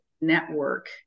network